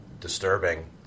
disturbing